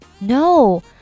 No